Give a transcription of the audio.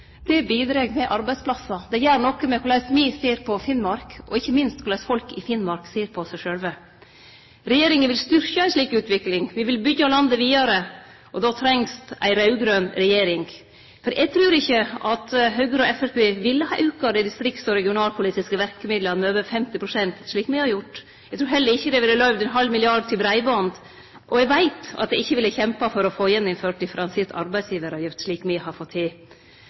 Det bidreg med arbeidsplassar, det gjer noko med korleis me ser på Finnmark, og ikkje minst gjer det noko med korleis folk i Finnmark ser på seg sjølve. Regjeringa vil styrkje ei slik utvikling. Me vil byggje landet vidare, og då trengst det ei raud-grøn regjering. Eg trur ikkje at Høgre og Framstegspartiet ville ha auka dei distrikts- og regionalpolitiske verkemidla med over 50 pst., slik me har gjort. Eg trur heller ikkje dei ville ha løyvd ein halv milliard kroner til breiband, og eg veit at dei ikkje ville ha kjempa for å få ført inn att differensiert arbeidsgivaravgift, slik me har fått til.